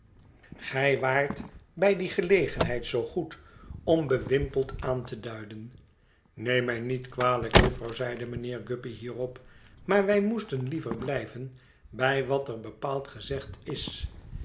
gij waart bij die gelegenheid zoo goed om bewimpeld aan te duiden neem mij niét kwalijk jufvrouw zeide mijnheer guppy hierop maar wij moesten liever blijven bij wat er bepaald gezegd is